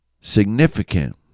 significant